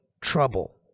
trouble